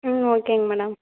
ம் ஓகேங்க மேடம்